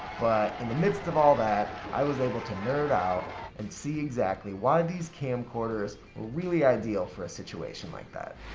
in the midst of all that i was able to nerd out and see exactly why these camcorders really ideal for a situation like that.